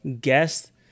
guest